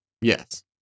Yes